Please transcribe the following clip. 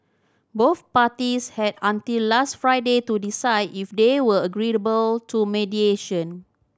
both parties had until last Friday to decide if they were agreeable to mediation